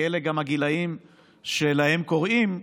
כי אלה גם הגילים שלהם קוראים,